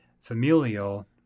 familial